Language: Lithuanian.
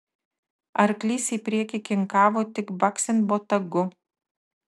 arklys į priekį kinkavo tik baksint botagu